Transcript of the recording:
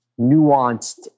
nuanced